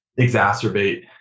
exacerbate